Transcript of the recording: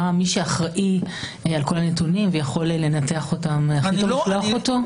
מי שאחראי על כול הנתונים ויכול לנתח אותם -- אני